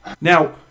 Now